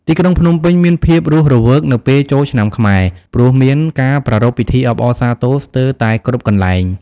ទីក្រុងភ្នំពេញមានភាពរស់រវើកនៅពេលចូលឆ្នាំខ្មែរ ព្រោះមានការប្រារព្ធពិធីអបអរសាទរស្ទើរតែគ្រប់កន្លែង។